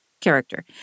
character